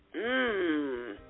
Mmm